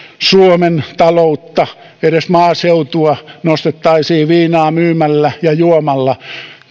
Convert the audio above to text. suomen taloutta edes maaseutua nostettaisiin viinaa myymällä ja juomalla